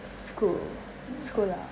school sekolah